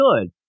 good